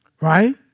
Right